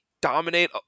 dominate